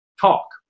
talk